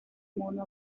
mono